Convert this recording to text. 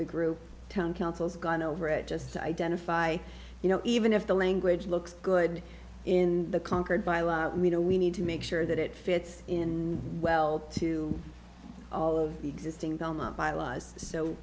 the group town councils gone over it just identify you know even if the language looks good in the conquered by law we need to make sure that it fits in well to all of